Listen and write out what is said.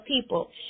people